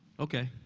okay.